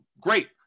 Great